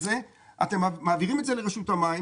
אתם מעבירים את זה לרשות המים.